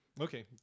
okay